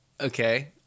Okay